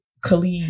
Khalid